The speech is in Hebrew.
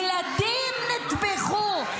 ילדים נטבחו.